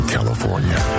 California